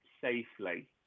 safely